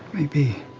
maybe.